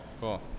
cool